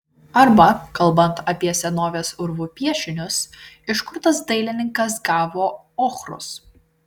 arba kalbant apie senovės urvų piešinius iš kur tas dailininkas gavo ochros